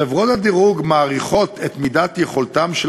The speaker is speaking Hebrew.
חברות הדירוג מעריכות את מידת יכולתם של